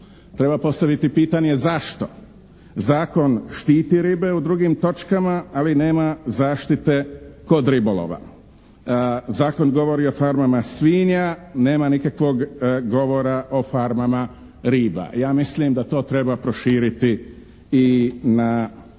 Treba postaviti pitanje zašto? Zakon štiti ribe u drugim točkama ali nema zaštite kod ribolova. Zakon govori o farmama svinja. Nema nikakvog govora o farmama riba. Ja mislim da to treba proširiti i na ovo